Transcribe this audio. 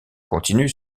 continue